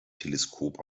teleskop